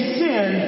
sin